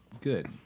good